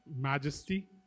majesty